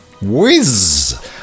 Whiz